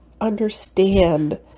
understand